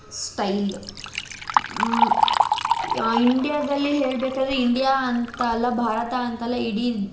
style ಇಂಡ್ಯಾದಲ್ಲಿ ಹೇಳಬೇಕಂದ್ರೆ India ಅಂತ ಅಲ್ಲ ಭಾರತ ಅಂತ ಅಲ್ಲ ಇಡೀ